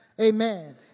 amen